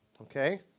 okay